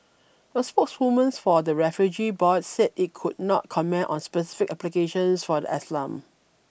a spokeswoman for the refugee board said it could not comment on specific applications for the a slum